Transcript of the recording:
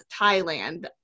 Thailand